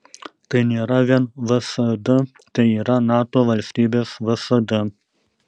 tai nėra vien vsd tai yra nato valstybės vsd